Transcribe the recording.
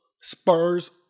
Spurs